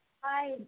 Hi